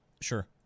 Sure